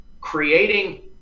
creating